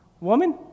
Woman